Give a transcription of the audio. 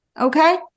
okay